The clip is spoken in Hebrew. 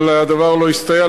אבל הדבר לא הסתייע.